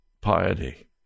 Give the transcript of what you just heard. piety